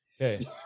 Okay